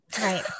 Right